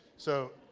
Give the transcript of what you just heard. so,